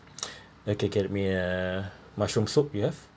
okay get me a mushroom soup you have